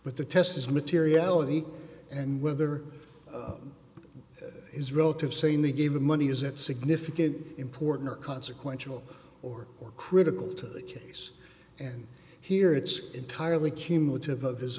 with the test is materiality and whether it is relative saying they gave the money is it significant important or consequential or more critical to the case and here it's entirely cumulative of his